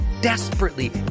desperately